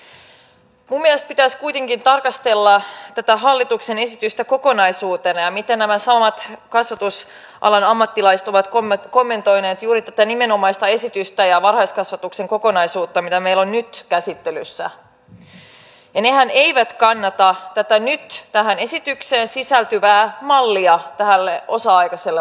minun mielestäni pitäisi kuitenkin tarkastella tätä hallituksen esitystä kokonaisuutena ja sitä miten nämä samat kasvatusalan ammattilaiset ovat kommentoineet juuri tätä nimenomaista esitystä ja varhaiskasvatuksen kokonaisuutta mikä meillä on nyt käsittelyssä ja hehän eivät kannata tätä nyt tähän esitykseen sisältyvää mallia osa aikaiselle hoidolle